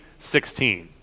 16